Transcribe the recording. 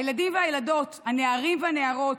הילדים והילדות, הנערים והנערות,